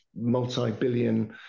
multi-billion